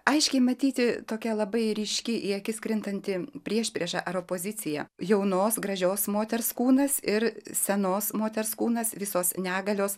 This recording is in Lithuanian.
aiškiai matyti tokia labai ryški į akis krintanti priešprieša ar opozicija jaunos gražios moters kūnas ir senos moters kūnas visos negalios